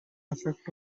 effect